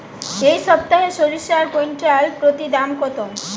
এই সপ্তাহে সরিষার কুইন্টাল প্রতি দাম কত?